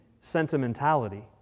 sentimentality